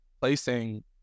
placing